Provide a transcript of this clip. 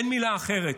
אין מילה אחרת.